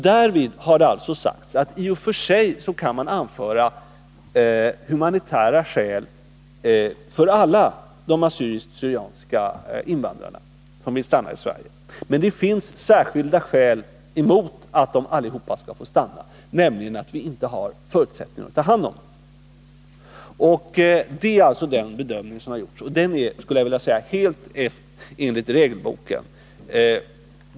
Därvid har det alltså sagts att man i och för sig kan anföra humanitära skäl för alla de assyrisk/syrianska invandrare som vill stanna i Sverige. Men det finns särskilda skäl emot att de allihopa skall få stanna, nämligen att vi inte har förutsättningar att ta hand om dem. Det är alltså den bedömning som har gjorts, och den är, skulle jag vilja säga, gjord helt enligt regelboken.